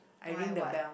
why what